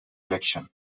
election